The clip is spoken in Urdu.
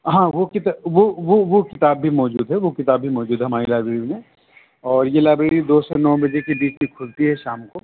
ہاں وہ کتا وہ وہ وہ کتاب بھی موجود ہے وہ کتاب بھی موجود ہے ہماری لائبریری میں اور یہ لائبریری دو سے نو بجے کے بیچ کی کھلتی ہے شام کو